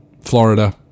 Florida